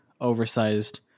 oversized